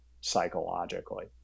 psychologically